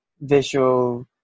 visual